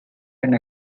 and